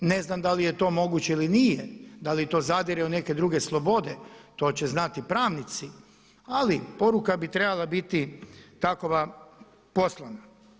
Ne znam da li je to moguće ili nije, da li to zadire u neke druge slobode, to će znati pravnici, ali poruka bi trebala biti takova poslana.